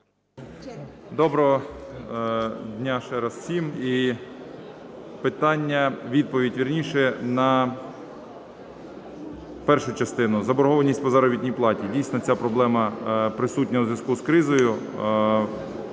Доброго дня ще раз всім. І питання, відповідь, вірніше, на першу частину – заборгованість по заробітній платі. Дійсно ця проблема присутня у зв'язку з кризою.